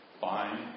Fine